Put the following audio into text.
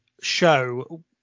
show